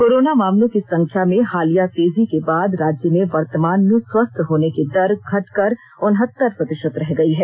corona मामलों की संख्या में हालिया तेजी को बाद राज्य में वर्तमान में स्वस्थ होने की दर घटकर उनहत्तर प्रतिशत रह गई है